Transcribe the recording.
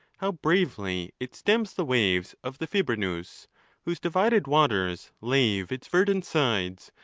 how bravely it stems the waves of the fibrenus, whose divided waters lave its verdant sides,